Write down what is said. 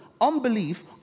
unbelief